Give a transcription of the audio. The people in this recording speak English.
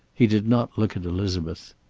he did not look at elizabeth.